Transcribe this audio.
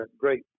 great